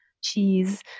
Cheese